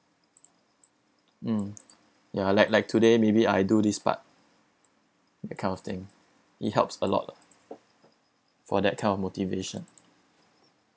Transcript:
mm ya like like today maybe I do this part that kind of thing it helps a lot for that kind of motivation